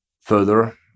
further